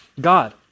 God